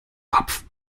kopf